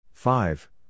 Five